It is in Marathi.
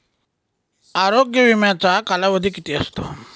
आरोग्य विम्याचा कालावधी किती असतो?